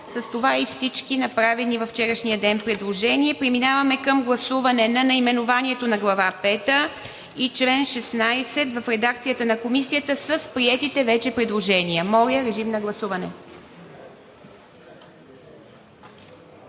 с това и всички направени във вчерашния ден предложения. Преминаваме към гласуване на наименованието на Глава пета и чл. 16 в редакцията на Комисията с приетите вече предложения. Гласували